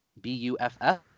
B-U-F-F